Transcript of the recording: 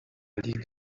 ligue